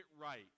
right